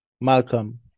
Malcolm